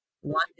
one